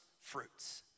fruits